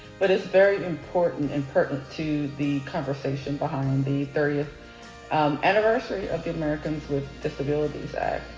but it's very important and pertinent to the conversation behind the thirtieth um anniversary of the americans with disabilities act.